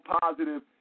positive